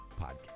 podcast